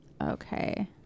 Okay